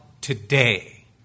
today